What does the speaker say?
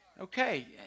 Okay